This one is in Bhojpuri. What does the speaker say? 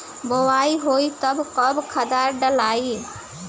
बोआई होई तब कब खादार डालाई?